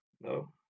No